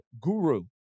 guru